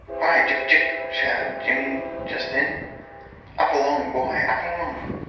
hi! gyp, gyp! shouted jimmy just then up along, boy up along!